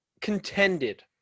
contended